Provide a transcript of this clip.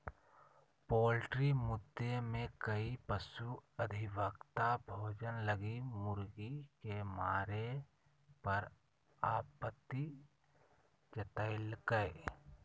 poultry मुद्दे में कई पशु अधिवक्ता भोजन लगी मुर्गी के मारे पर आपत्ति जतैल्कय